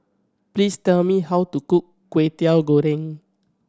please tell me how to cook Kwetiau Goreng